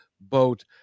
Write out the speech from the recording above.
boat